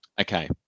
Okay